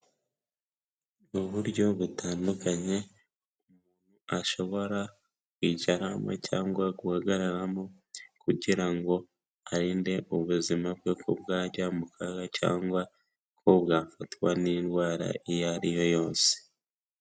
Uburyo butandukanye ashobora kwicaramo cyangwa guhagararamo, kugira ngo arinde ubuzima bwe ko bwajya mu kaga cyangwa ko bwafatwa n'indwara iyo ari yo yose.